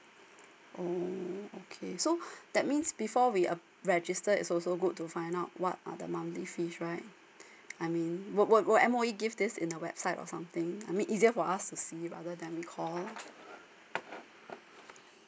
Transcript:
oh okay so that means before we ap~ register is also good to find out what are the monthly fees right I mean what what would M_O_E give this in a website or something I mean easier for us to see rather than we call call